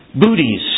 Booties